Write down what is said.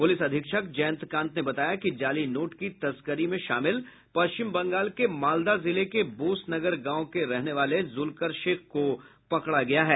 police अधीक्षक जयंतकांत ने बताया कि जाली नोट की तस्करी में शामिल पश्चिम बंगाल के मालदा जिले के बोसनगर गांव के रहने वाला जुलकर शेख को पकड़ा गया है